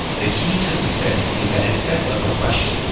the key to suspense is that it sets up a question,